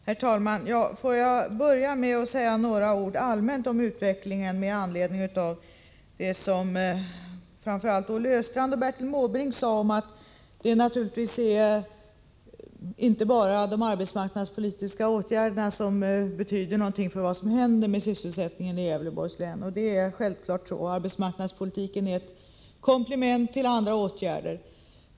Herr talman! Får jag börja med att rent allmänt säga några ord om utvecklingen med anledning av det som framför allt Olle Östrand och Bertil Måbrink sade, nämligen att det naturligtvis inte bara är de arbetsmarknadspolitiska åtgärderna som betyder någonting för vad som händer med sysselsättningen i Gävleborgs län. Det är självklart. Arbetsmarknadspolitiken är ett komplement till andra åtgärder.